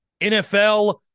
NFL